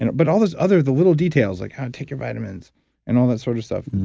and but all this other, the little details, like take your vitamins and all that sort of stuff.